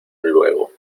luego